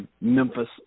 Memphis